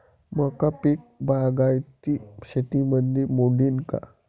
मका पीक बागायती शेतीमंदी मोडीन का?